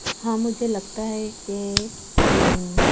ہاں مجھے لگتا ہے کہ